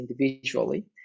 individually